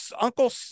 uncle